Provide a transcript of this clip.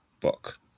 book